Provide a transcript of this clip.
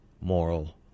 moral